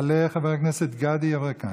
יעלה חבר הכנסת גדי יברקן,